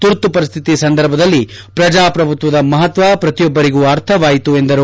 ತುರ್ತು ಪರಿಸ್ಥಿತಿ ಸಂದರ್ಭದಲ್ಲಿ ಪ್ರಜಾಪ್ರಭುತ್ವದ ಮಹತ್ವ ಪ್ರತಿಯೊಬ್ಬರಿಗೂ ಅರ್ಥವಾಯಿತು ಎಂದರು